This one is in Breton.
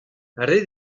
ret